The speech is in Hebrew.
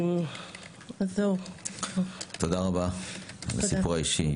תודה רבה על הסיפור האישי.